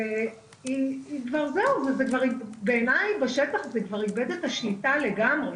זה כבר בעיניי, בשטח, איבד את השליטה לגמרי.